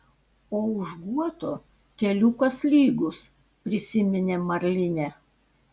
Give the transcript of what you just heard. o už guoto keliukas lygus prisiminė marlinė